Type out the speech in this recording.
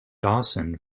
dawson